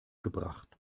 gebracht